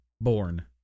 born